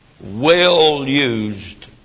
well-used